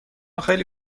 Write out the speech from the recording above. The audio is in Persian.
خیلی